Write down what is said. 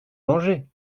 mangez